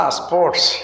sports